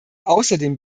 außerdem